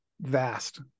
vast